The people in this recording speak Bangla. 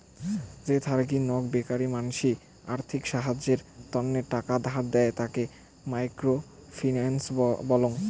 যে থারিগী নক বেকার মানসি আর্থিক সাহায্যের তন্ন টাকা ধার দেয়, তাকে মাইক্রো ফিন্যান্স বলং